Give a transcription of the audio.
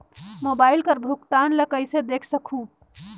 Mobile कर भुगतान ला कइसे देख सकहुं?